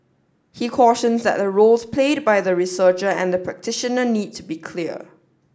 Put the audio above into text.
he cautions that the roles played by the researcher and the practitioner need to be clear